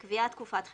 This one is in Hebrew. קביעת תקופת חירום.